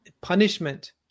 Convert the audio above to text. punishment